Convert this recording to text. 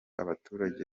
abaturage